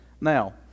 Now